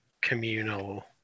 communal